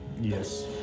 Yes